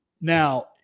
Now